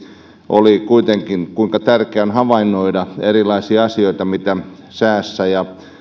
oli kuitenkin se kuinka tärkeää on havainnoida erilaisia asioita mitä säässä ja